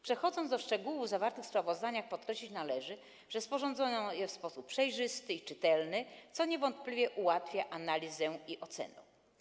Przechodząc do szczegółów zawartych w sprawozdaniach, podkreślić należy, że sporządzono je w sposób przejrzysty i czytelny, co niewątpliwie ułatwia analizę i ocenę.